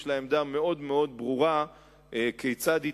יש לה עמדה מאוד מאוד ברורה כיצד היא